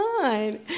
fine